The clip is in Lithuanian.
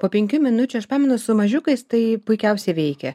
po penkių minučių aš pamenu su mažiukais tai puikiausiai veikia